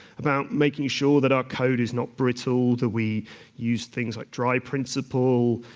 about making sure that our code is not brittle, that we use things like dry principle,